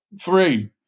three